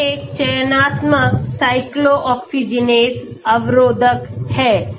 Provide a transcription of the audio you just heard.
यह एक चयनात्मक cyclooxygenase अवरोधक है